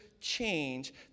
change